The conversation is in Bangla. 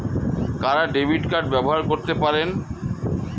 কারা ডেবিট কার্ড ব্যবহার করতে পারেন?